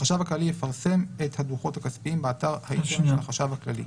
החשב הכללי יפרסם את הדוחות הכספיים באתר האינטרנט של החשב הכללי.